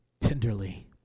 tenderly